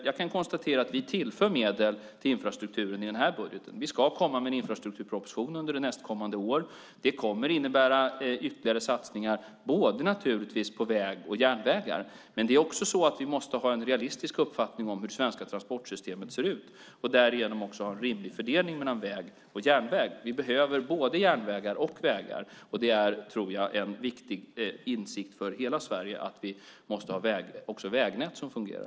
Jag kan konstatera att vi i den här budgeten tillför medel till infrastrukturen. Vi ska komma med en infrastrukturproposition under nästkommande år. Det kommer att innebära ytterligare satsningar naturligtvis både på vägar och på järnvägar. Men vi måste också ha en realistisk uppfattning om hur det svenska transportsystemet ser ut och därigenom också ha en rimlig fördelning mellan väg och järnväg. Vi behöver både järnvägar och vägar. Det är, tror jag, en viktig insikt för hela Sverige att vi också måste ha vägnät som fungerar.